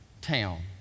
town